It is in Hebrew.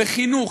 בחינוך,